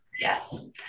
Yes